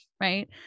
Right